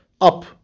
up